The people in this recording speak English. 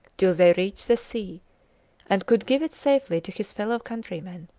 till they reached the sea and could give it safely to his fellow-countrymen,